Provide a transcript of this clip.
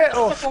כאוס.